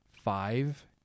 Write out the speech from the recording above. five